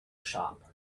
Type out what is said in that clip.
shop